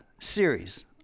series